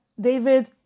David